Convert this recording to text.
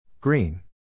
Green